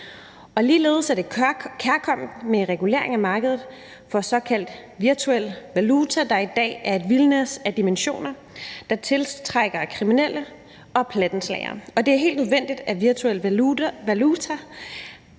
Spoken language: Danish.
ligeledes er det kærkomment med regulering af markedet for såkaldt virtuel valuta, der i dag er et vildnis af dimensioner, der tiltrækker kriminelle og plattenslagere. Og det er helt nødvendigt, at virtuel valuta